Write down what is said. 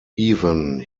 even